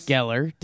Geller